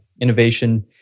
innovation